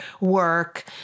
work